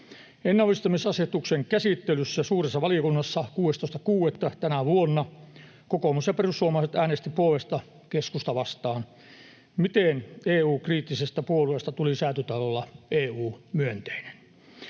Ennallistamisasetuksen käsittelyssä suuressa valiokunnassa 16.6. tänä vuonna kokoomus ja perussuomalaiset äänestivät puolesta, keskusta vastaan. Miten EU-kriittisestä puolueesta tuli Säätytalolla EU-myönteinen?